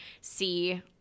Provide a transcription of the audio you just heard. see